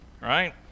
right